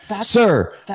Sir